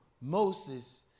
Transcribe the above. Moses